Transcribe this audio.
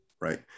right